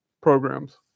programs